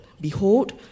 behold